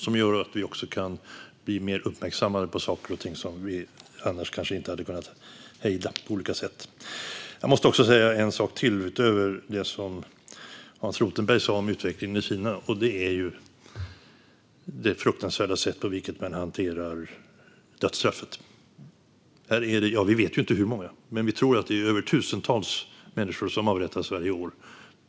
Det gör att vi också kan bli mer uppmärksammade på saker och ting som vi annars på olika sätt kanske inte hade kunnat hejda. Jag måste säga en sak utöver det som Hans Rothenberg sa om utvecklingen i Kina, och det är det fruktansvärda sätt på vilket man hanterar dödsstraffet. Vi vet inte hur många det är, men vi tror att det är tusentals människor som avrättas varje år.